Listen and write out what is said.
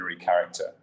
character